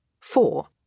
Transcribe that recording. Four